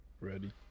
ready